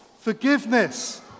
Forgiveness